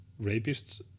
rapists